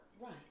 Right